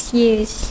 years